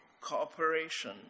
Cooperation